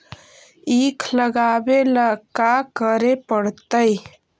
ईख लगावे ला का का करे पड़तैई?